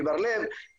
בבר לב,